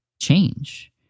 change